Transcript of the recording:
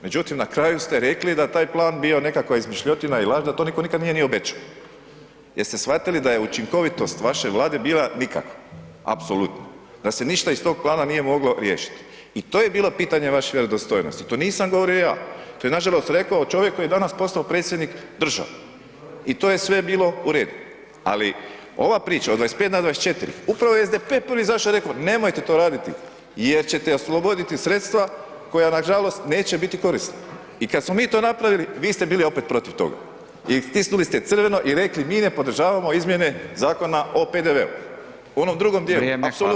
Međutim, na kraju ste rekli da je taj plan bio nekakva izmišljotina i laž, da to niko nikad nije ni obećo, jer ste shvatili da je učinkovitost vaše Vlade bila nikakva, apsolutno, da se ništa iz tog plana nije moglo riješiti i to je bilo pitanje vaše vjerodostojnosti, to nisam govorio ja, to je nažalost rekao čovjek koji je danas postao predsjednik države i to je sve bilo u redu, ali ova priča od 25 na 24, upravo je SDP prvi izašo i reko nemojte to raditi jer ćete osloboditi sredstva koja nažalost neće biti korisna i kad smo mi to napravili vi ste bili opet protiv toga i stisnuli ste crveno i rekli mi ne podržavamo izmjene Zakona o PDV-u u onom drugom dijelu [[Upadica: Vrijeme]] apsolutno.